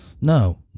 No